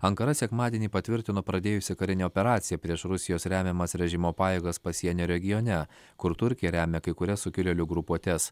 ankara sekmadienį patvirtino pradėjusi karinę operaciją prieš rusijos remiamas režimo pajėgas pasienio regione kur turkija remia kai kurias sukilėlių grupuotes